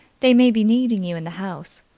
they may be needing you in the house.